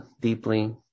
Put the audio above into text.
deeply